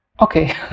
okay